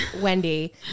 Wendy